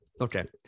Okay